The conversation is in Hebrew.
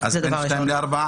בלי קנס בין שתיים לארבע.